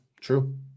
true